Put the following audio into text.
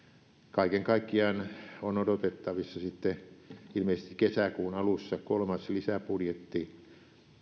kaiken kaikkiaan on odotettavissa sitten ilmeisesti kesäkuun alussa kolmas lisäbudjetti